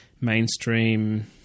mainstream